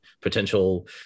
potential